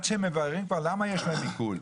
עד שהם מבררים כבר למה יש להם עיקול,